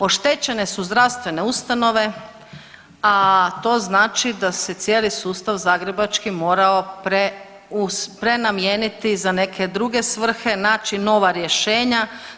Oštećene su zdravstvene ustanove, a to znači da se cijeli sustav zagrebački morao prenamijeniti za neke druge svrhe, naći nova rješenja.